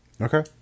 okay